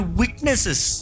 witnesses